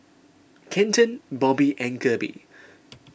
Kenton Bobbie and Kirby